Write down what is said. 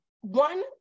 One